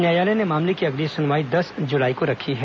न्यायालय ने मामले की अगली सुनवाई दस जुलाई को रखी है